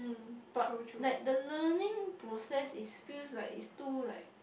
but like the learning process is feels like is too right